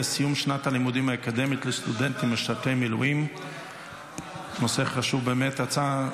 סיום שנת הלימודים האקדמית לסטודנטים במילואים הוא בעצם שם מטעה,